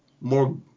more